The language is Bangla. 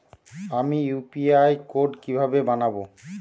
আমি ইউ.পি.আই কোড কিভাবে বানাব?